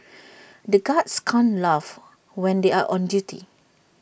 the guards can't laugh when they are on duty